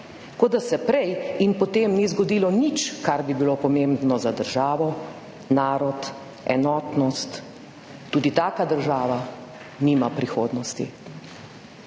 kot da se prej in potem ni zgodilo nič, kar bi bilo pomembno za državo, narod, enotnost, tudi taka država nima prihodnosti.